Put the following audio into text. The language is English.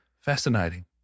fascinating